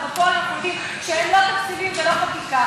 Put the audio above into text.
אבל בפועל אנחנו יודעים שאין לא תקציבים ולא חקיקה,